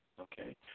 okay